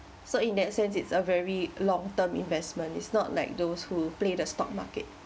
so in that sense it's a very long term investment it's not like those who play the stock market